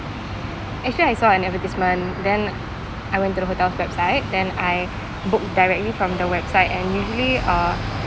actually I saw an advertisement then I went to the hotel's website then I booked directly from the website and usually uh